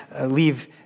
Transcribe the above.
leave